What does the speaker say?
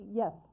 yes